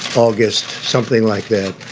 august, something like that.